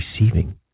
receiving